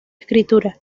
escritura